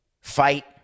fight